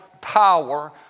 power